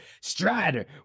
Strider